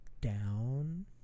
down